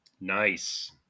Nice